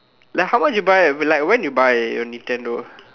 like how much you buy like when you buy your Nintendo